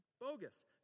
bogus